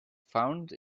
found